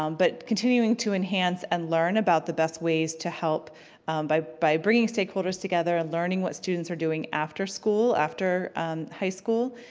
um but continuing to enhance and learn about the best ways to help by by bringing stakeholders together, learning that students are doing after school, after high school,